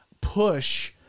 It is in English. push